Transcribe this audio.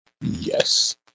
Yes